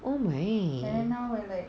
oh my